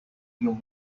you